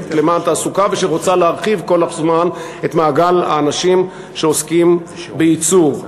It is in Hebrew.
למען תעסוקה ושרוצה להרחיב כל הזמן את מעגל האנשים שעוסקים בייצור.